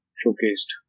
showcased